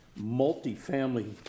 multifamily